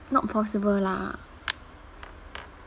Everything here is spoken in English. not possible lah